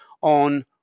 on